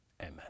Amen